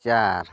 ᱪᱟᱨ